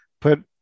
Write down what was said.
put